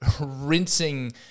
rinsing